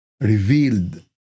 revealed